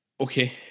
Okay